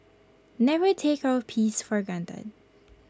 never take our peace for granted